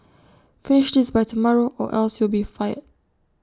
finish this by tomorrow or else you'll be fired